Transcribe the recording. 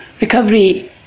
recovery